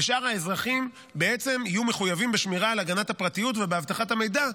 ושאר האזרחים יהיו מחויבים בשמירה על הגנת הפרטיות ובאבטחת המידע,